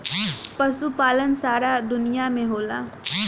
पशुपालन सारा दुनिया में होला